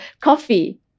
coffee